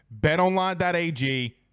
betonline.ag